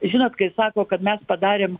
žinot kai sako kad mes padarėm